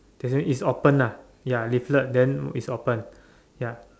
that means it's open ah ya leaflet then it's open ya